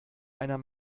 einer